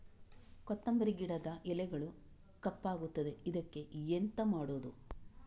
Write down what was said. ಕೊತ್ತಂಬರಿ ಗಿಡದ ಎಲೆಗಳು ಕಪ್ಪಗುತ್ತದೆ, ಇದಕ್ಕೆ ಎಂತ ಮಾಡೋದು?